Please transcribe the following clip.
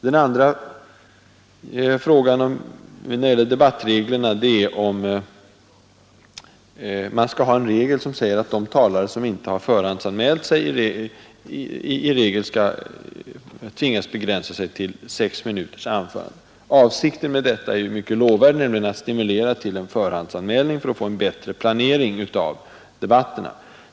Den andra punkten beträffande debattreglerna är om man skall ha bestämmelsen att de talare, som inte har förhandsanmält sig, i regel skall tvingas begränsa sig till sex minuters anförande. Avsikten med detta är ju mycket lovvärd, nämligen att stimulera till förhandsanmälning för att få en bättre planering av debatterna.